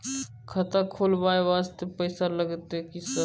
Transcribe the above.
खाता खोलबाय वास्ते पैसो लगते की सर?